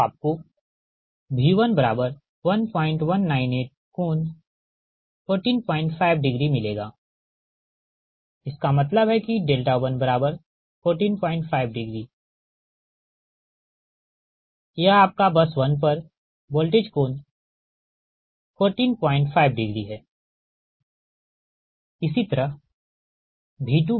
तो आपको V11198∠145मिलेगा इसका मतलब है कि 1145यह आपका बस 1 पर वोल्टेज कोण145है